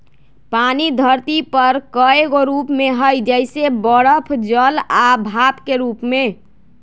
पानी धरती पर कए गो रूप में हई जइसे बरफ जल आ भाप के रूप में